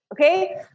okay